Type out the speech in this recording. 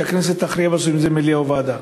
שהכנסת תכריע בסוף אם זה יידון במליאה או בוועדה.